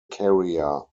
carrier